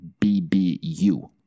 BBU